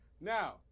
Now